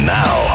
now